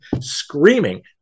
screaming